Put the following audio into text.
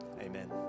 amen